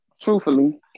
truthfully